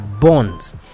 bonds